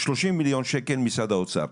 30 מיליון שקל משרד האוצר.